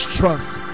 trust